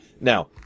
Now